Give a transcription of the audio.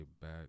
back